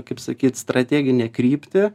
kaip sakyt strateginę kryptį